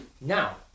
now